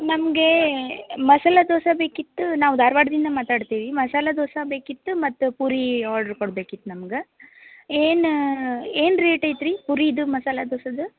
ನಮಗೆ ಮಸಾಲೆ ದೋಸೆ ಬೇಕಿತ್ತು ನಾವು ಧಾರ್ವಾಡ್ದಿಂದ ಮಾತಾಡ್ತೀವಿ ಮಸಾಲೆ ದೋಸೆ ಬೇಕಿತ್ತು ಮತ್ತು ಪೂರಿ ಆರ್ಡ್ರ್ ಕೊಡ್ಬೇಕಿತ್ತು ನಮ್ಗೆ ಏನು ಏನು ರೇಟ್ ಐತ್ರಿ ಪೂರಿದು ಮಸಾಲೆ ದೋಸೆದು